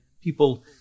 people